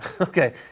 okay